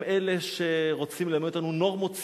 הם אלה שרוצים ללמד אותנו נורמות ציבוריות.